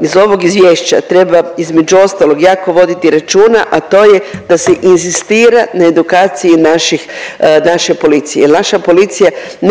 iz ovog izvješća treba između ostalog jako voditi računa, a to je da se inzistira na edukaciji naših, naše policije jer naša policija ne